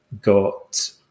got